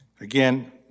again